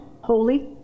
holy